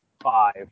Five